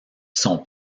son